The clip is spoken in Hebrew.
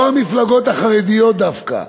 לא המפלגות החרדיות דווקא.